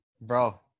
bro